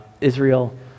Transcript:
Israel